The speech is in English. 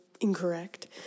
incorrect